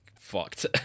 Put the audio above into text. Fucked